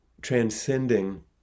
transcending